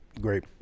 Great